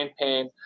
pain